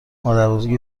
مادربزرگ